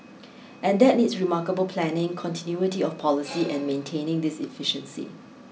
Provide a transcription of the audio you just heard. and that needs remarkable planning continuity of policy and maintaining this efficiency